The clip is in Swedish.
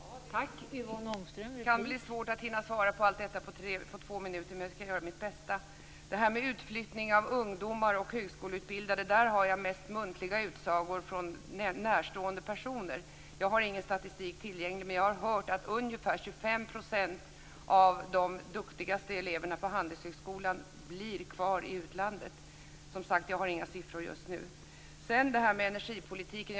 Fru talman! Det kan bli svårt att hinna svara på allt detta på två minuter, men jag skall göra mitt bästa. Jag har mest muntliga utsagor från mig närstående personer i fråga om utflyttning av högskoleutbildade ungdomar. Jag har ingen statistik tillgänglig, men jag har hört att ungefär 25 % av de duktigaste eleverna på Handelshögskolan blir kvar i utlandet. Jag har inga siffror just nu. Sedan var det frågan om energipolitiken.